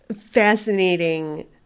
fascinating